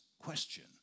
question